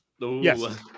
Yes